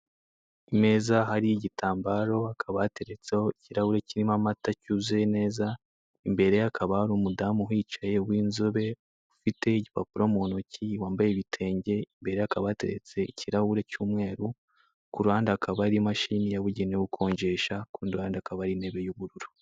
Imeza hariho igitambaro hakaba hateretseho ikirahure kirimo amata cyuzuye neza, imbere hakaba hari umudamu uhicaye w'inzobe, ufite igipapuro mu ntoki, wambaye ibitenge, imbere ye hakaba hari ikirahure cy'umweru, ku ruhande hakaba hari imashini yabugenewe gukonjesha, ku rundi ruhande hakaba hari intebe y'ubururu.